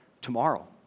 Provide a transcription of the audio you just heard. tomorrow